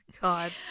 God